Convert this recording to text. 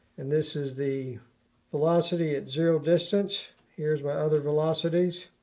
and this is the velocity at zero distance. here's my other velocities.